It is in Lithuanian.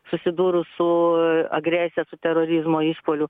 susidūrus su e agresija su terorizmo išpuoliu